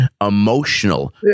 emotional